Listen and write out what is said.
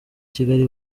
kigali